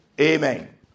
Amen